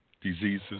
diseases